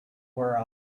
where